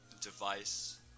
device